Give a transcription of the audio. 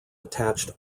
attached